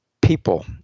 people